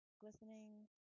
glistening